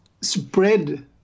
spread